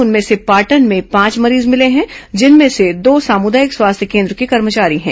उनमें से पाटन में पांच मरीज मिले हैं जिनमें से दो सामुदायिक स्वास्थ्य केन्द्र के कर्मचारी हैं